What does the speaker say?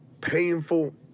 painful